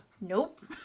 Nope